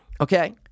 okay